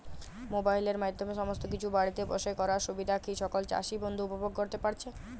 মোবাইলের মাধ্যমে সমস্ত কিছু বাড়িতে বসে করার সুবিধা কি সকল চাষী বন্ধু উপভোগ করতে পারছে?